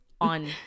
on